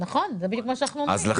אבל אני חושב